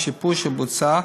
השיפור שבוצע,